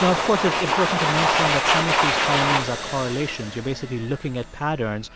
now, of course, it's important to mention that some of these findings are correlations. you're basically looking at patterns.